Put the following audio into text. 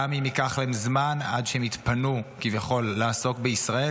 גם אם ייקח להם זמן עד שהם יתפנו כביכול לעסוק בישראל,